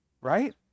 right